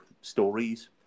stories